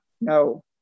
no